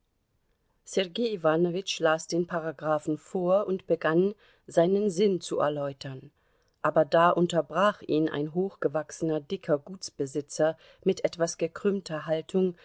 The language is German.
sergei iwanowitsch las den paragraphen vor und begann seinen sinn zu erläutern aber da unterbrach ihn ein hochgewachsener dicker gutsbesitzer mit etwas gekrümmter haltung